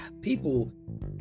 people –